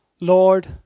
Lord